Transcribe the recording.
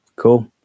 cool